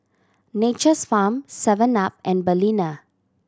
Nature's Farm seven Up and Balina